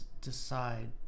decide